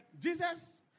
Jesus